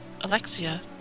Alexia